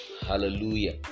hallelujah